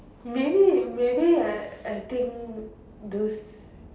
maybe maybe I I think those